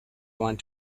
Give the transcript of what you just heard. want